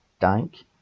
dank